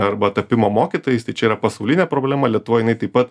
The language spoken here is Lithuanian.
arba tapimo mokytojais tai čia yra pasaulinė problema lietuvoj jinai taip pat